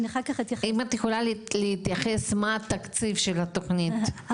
אם את יכולה להתייחס מה התקציב של התוכנית,